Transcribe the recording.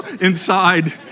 Inside